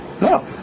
No